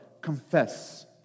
Confess